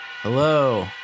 Hello